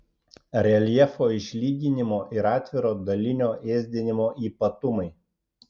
reljefo išlyginimo ir atviro dalinio ėsdinimo ypatumai